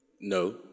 No